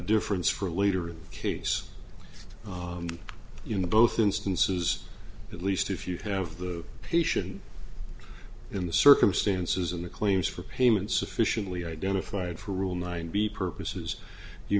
difference for a leader a case in the both instances at least if you have the patient in the circumstances and the claims for payment sufficiently identified for rule nine b purposes you